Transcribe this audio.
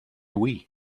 wii